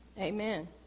Amen